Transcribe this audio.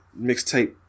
mixtape